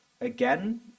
again